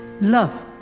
Love